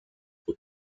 were